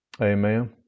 Amen